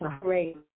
great